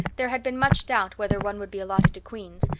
there had been much doubt whether one would be allotted to queen's,